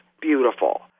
beautiful